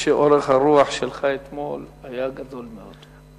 אני חושב שאורך הרוח שלך אתמול היה גדול מאוד.